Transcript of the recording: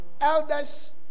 elders